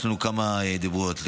יש לנו כמה אפשרויות.